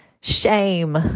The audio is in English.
shame